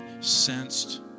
sensed